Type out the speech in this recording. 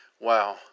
Wow